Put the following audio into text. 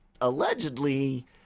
allegedly